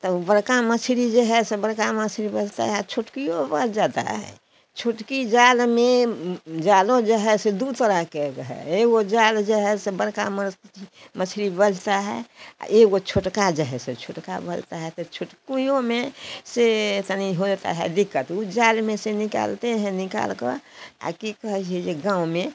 तो बड़का मछली जो है सप बड़का मछली बझता है छुटकि वह बझ जाता है छुटकी जाल में जाल जो है से दू तरह के है एगो जाल जो है सो बड़का मछ मछली बझता है एगो छुटका जो है सो छुटका बझता है तो छुटकयूओ में से तनी होता है दिक़्क़त वह जाल में से निकालते हैं निकाल के कि कहै छै जे गाँव में